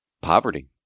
Poverty